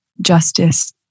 justice